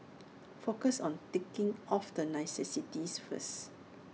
focus on ticking off the necessities first